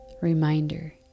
Reminder